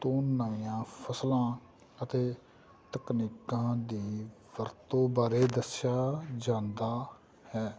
ਤੋਂ ਨਵੀਆਂ ਫਸਲਾਂ ਅਤੇ ਤਕਨੀਕਾਂ ਦੀ ਵਰਤੋਂ ਬਾਰੇ ਦੱਸਿਆ ਜਾਂਦਾ ਹੈ